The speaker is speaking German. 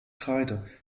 kreide